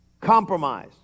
compromise